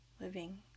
living